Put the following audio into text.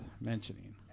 mentioning